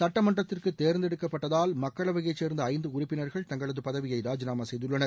சுட்டமன்றத்திற்கு தோ்ந்தெடுக்கப்பட்டதால் மக்களவையைச் சோ்ந்த ஐந்து உறுப்பினா்கள் தங்களது பதவியை ராஜினாமா செய்துள்ளனர்